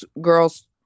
girls